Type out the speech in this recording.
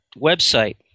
website